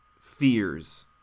fears